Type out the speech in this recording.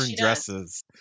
dresses